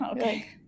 okay